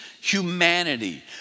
humanity